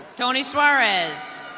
tony suarez.